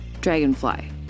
dragonfly